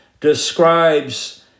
describes